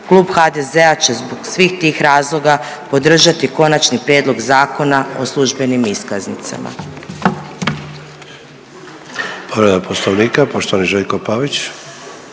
Klub HDZ-a će zbog svih tih razloga podržati Konačni prijedlog Zakona o službenim iskaznicama.